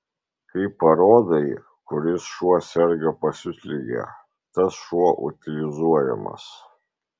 kai parodai kuris šuo serga pasiutlige tas šuo utilizuojamas